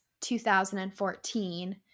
2014